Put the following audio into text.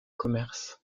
commerce